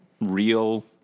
real